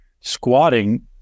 squatting